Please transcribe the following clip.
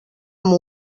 amb